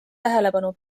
tähelepanu